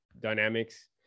dynamics